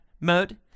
mode